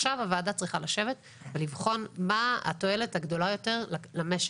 עכשיו הוועדה צריכה לשבת ולבחון מה התועלת הגדולה יותר למשק.